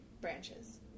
branches